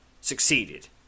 Succeeded